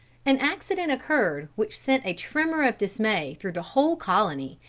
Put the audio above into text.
an accident occurred which sent a tremor of dismay through the whole colony,